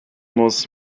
muss